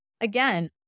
again